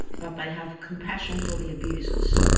but they have compassion for the abusers.